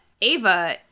ava